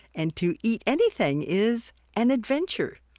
and to eat anything is an adventure,